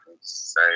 say